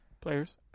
players